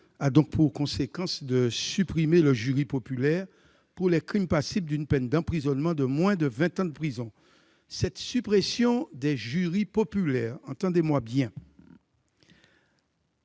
a pour conséquence de supprimer le jury populaire pour les crimes passibles d'une peine d'emprisonnement de moins de vingt ans. Cette suppression des jurys populaires, représentatifs